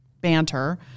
banter